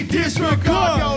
disregard